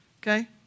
okay